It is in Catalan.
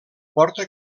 porta